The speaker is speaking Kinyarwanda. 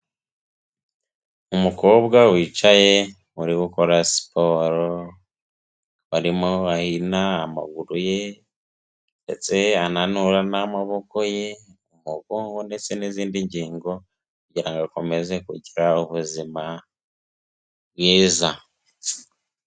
Umukobwa wicaye uri gukora siporo, barimo bahina amaguru ye ndetse ananura n'amaboko ye umugongo ndetse n'izindi ngingo kugira ngo akomeze kugira ubuzima bwiza.